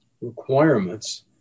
requirements